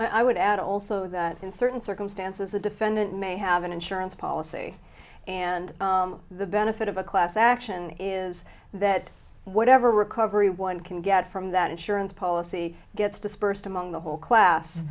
i would add also that in certain circumstances a defendant may have an insurance policy and the benefit of a class action is that whatever recovery one can get from that insurance policy gets dispersed among the whole class